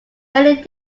many